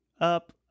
up